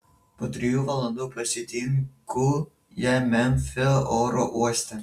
po trijų valandų pasitinku ją memfio oro uoste